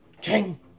King